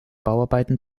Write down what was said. bauarbeiten